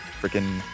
freaking